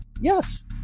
yes